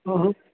ह्म्म ह्म्म